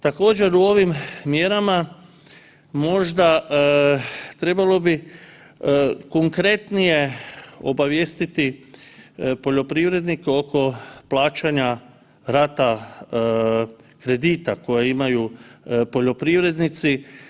Također, u ovim mjerama možda trebalo bi konkretnije obavijestiti poljoprivrednike oko plaćanja rata kredita koje imaju poljoprivrednici.